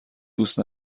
دوست